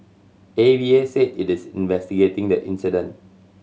A V A said it is investigating the incident